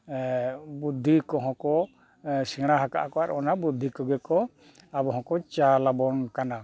ᱵᱩᱫᱷᱤ ᱠᱚ ᱦᱚᱸ ᱠᱚ ᱥᱮᱬᱟ ᱟᱠᱟᱜ ᱠᱚᱣᱟ ᱟᱨ ᱚᱱᱟ ᱵᱩᱫᱷᱤ ᱠᱚᱜᱮ ᱠᱚ ᱟᱵᱚ ᱦᱚᱸ ᱠᱚ ᱪᱟᱞ ᱟᱵᱚᱱ ᱠᱟᱱᱟ